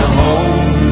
home